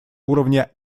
уровня